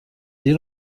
sie